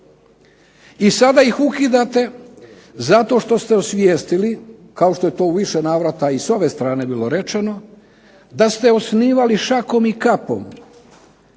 I sada ih ukidate zato što ste osvijestili, kao što je to u više navrata i s ove strane bilo rečeno, da ste osnivali šakom i kapom